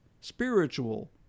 spiritual